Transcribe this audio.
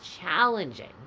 challenging